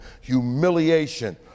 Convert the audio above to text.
humiliation